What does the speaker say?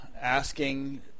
asking